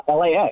LAX